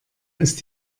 ist